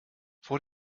vor